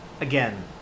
Again